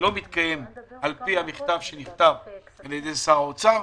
לא מתקיים על פי המכתב שנכתב על ידי שר האוצר.